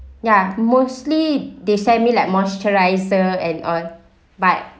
ya mostly they send me like moisturizer and on but